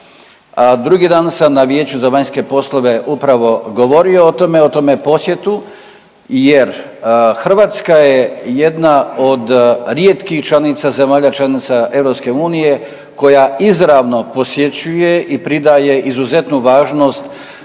Drugi dan sam na vijeću za vanjske poslove upravo govorio o tome, o tome posjetu jer Hrvatska je jedna od rijetkih članica, zemalja članica EU koja izravno posjećuje i pridaje izuzetnu važnost